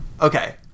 Okay